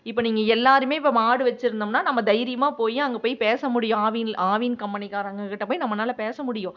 இப்போ நீங்கள் எல்லோருமே இப்போ மாடு வச்சிருந்தோம்ன்னால் நம்ம தைரியமாக போய் அங்கே போய் பேச முடியும் ஆவின் ஆவின் கம்பெனிகாரங்ககிட்ட போய் நம்மளால பேச முடியும்